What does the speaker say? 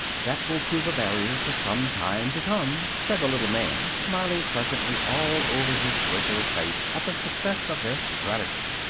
that will prove a barrier for some time to come, said the little man, smiling pleasantly all over his wrinkled face at the success of their stratagem.